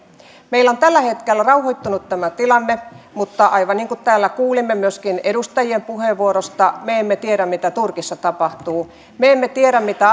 meillä on tällä hetkellä rauhoittunut tämä tilanne mutta aivan niin kuin täällä kuulimme myöskin edustajien puheenvuoroista me emme tiedä mitä turkissa tapahtuu me emme tiedä mitä